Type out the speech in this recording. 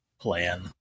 plan